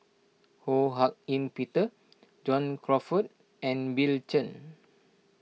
Ho Hak Ean Peter John Crawfurd and Bill Chen